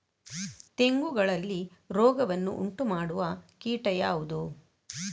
ತೆಂಗುಗಳಲ್ಲಿ ರೋಗವನ್ನು ಉಂಟುಮಾಡುವ ಕೀಟ ಯಾವುದು?